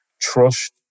trust